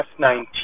F-19